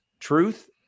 Truth